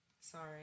Sorry